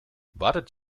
wartet